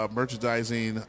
merchandising